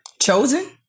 Chosen